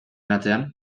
atzean